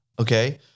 Okay